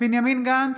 בנימין גנץ,